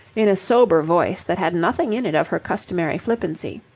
in a sober voice that had nothing in it of her customary flippancy.